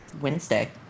Wednesday